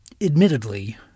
admittedly